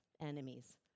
enemies